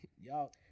y'all